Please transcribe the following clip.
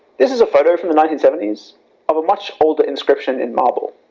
this is a photo from the nineteen seventy s of a much older inscription in marble.